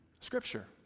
Scripture